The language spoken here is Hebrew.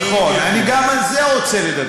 נכון, אני גם על זה רוצה לדבר.